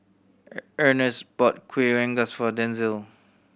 Ernest bought Kuih Rengas for Denzil